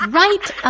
right